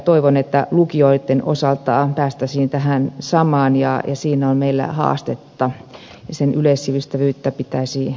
toivon että lukioitten osalta päästäisiin tähän samaan ja siinä on meillä haastetta sen yleissivistävyyttä pitäisi vahvistaa